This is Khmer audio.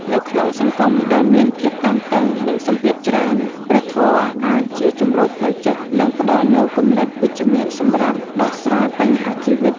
នៅក្នុងសង្គមដែលមានភាពតានតឹង និងសម្ពាធច្រើន ព្រះធម៌អាចជាជម្រកផ្លូវចិត្ត និងផ្តល់នូវគំនិតវិជ្ជមានសម្រាប់ដោះស្រាយបញ្ហាជីវិត។